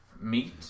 Meat